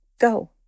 go